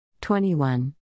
twenty-one